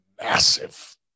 massive